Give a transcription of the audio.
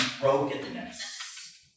brokenness